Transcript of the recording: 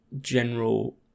general